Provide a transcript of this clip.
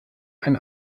ein